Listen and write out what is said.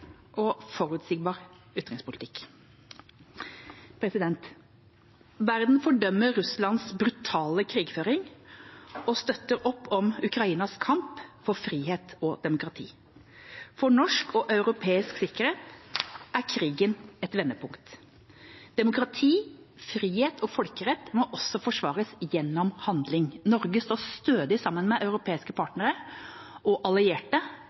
og forutsigbar utenrikspolitikk. Verden fordømmer Russlands brutale krigføring og støtter opp om Ukrainas kamp for frihet og demokrati. For norsk og europeisk sikkerhet er krigen et vendepunkt. Demokrati, frihet og folkerett må også forsvares gjennom handling. Norge står stødig sammen med europeiske partnere og allierte